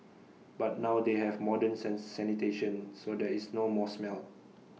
but now they have modern sin sanitation so there is no more smell